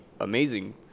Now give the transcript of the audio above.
amazing